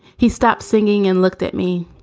he stopped singing and looked at me.